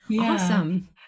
awesome